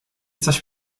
coś